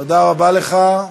תודה רבה לך.